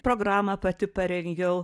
programą pati parengiau